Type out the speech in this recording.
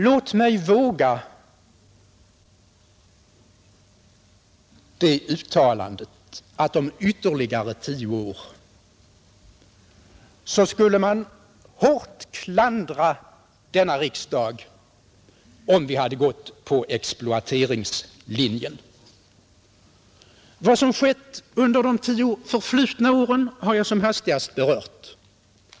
Låt mig våga det uttalandet att om ytterligare tio år skulle man hårt klandra denna riksdag om vi hade följt exploateringslinjen. Vad som skett under de tio förflutna åren har jag som hastigast berört.